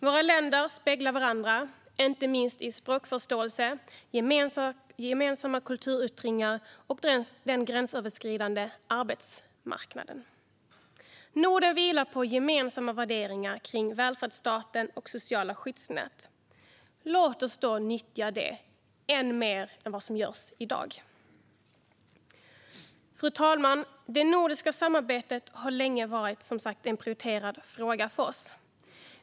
Våra länder speglar varandra, inte minst i språkförståelse, gemensamma kulturyttringar och den gränsöverskridande arbetsmarknaden. Norden vilar på gemensamma värderingar kring välfärdsstaten och sociala skyddsnät. Låt oss då nyttja detta ännu mer än vad som görs i dag. Fru talman! Det nordiska samarbetet har som sagt länge varit en prioriterad fråga för oss.